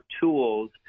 tools